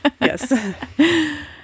Yes